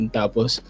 tapos